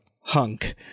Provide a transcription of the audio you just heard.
hunk